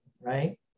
right